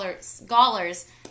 scholars